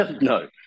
No